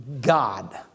God